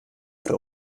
der